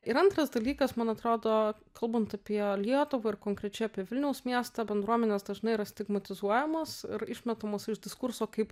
ir antras dalykas man atrodo kalbant apie lietuvą ir konkrečiai apie vilniaus miestą bendruomenės dažnai yra stigmatizuojamos ir išmetamos iš diskurso kaip